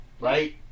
right